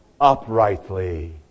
uprightly